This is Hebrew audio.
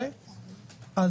אז